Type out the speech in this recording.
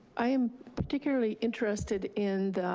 i am particularly interested in the,